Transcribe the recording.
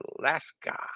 alaska